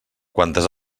quantes